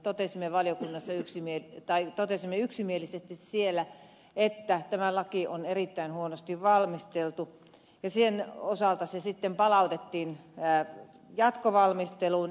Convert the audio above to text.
totesimme valiokunnassa yksimielisesti että tämä laki on erittäin huonosti valmisteltu ja sen osalta se sitten palautettiin jatkovalmisteluun